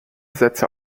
sätze